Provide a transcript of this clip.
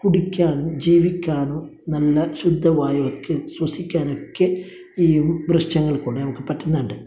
കുടിക്കാനും ജീവിക്കാനും നല്ല ശുദ്ധ വായുവൊക്കെ ശ്വസിക്കാനൊക്കെ ഈ വൃക്ഷങ്ങള് കൊണ്ട് നമുക്ക് പറ്റുന്നുണ്ട്